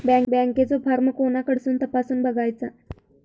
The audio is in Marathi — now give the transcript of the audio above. बँकेचो फार्म कोणाकडसून तपासूच बगायचा?